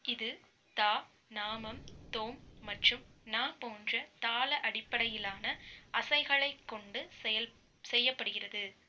இது தா நாமம் தோம் மற்றும் ன போன்ற தாள அடிப்படையிலான அசைகளைக் கொண்டு செயல் செய்யப்படுகிறது